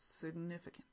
significant